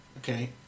Okay